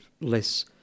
less